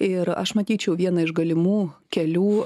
ir aš matyčiau vieną iš galimų kelių